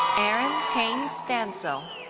aaron payne stansell.